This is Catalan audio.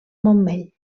montmell